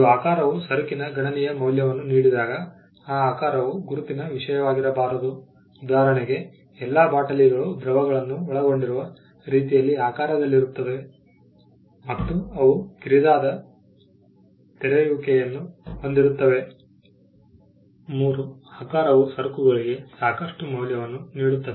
ಆಕಾರವು ಸರಕುಗಳಿಗೆ ಸಾಕಷ್ಟು ಮೌಲ್ಯವನ್ನು ನೀಡುತ್ತದೆ